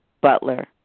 Butler